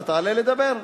אתה תעלה לדבר?